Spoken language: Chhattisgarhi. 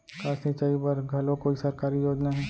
का सिंचाई बर घलो कोई सरकारी योजना हे?